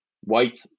White